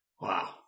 Wow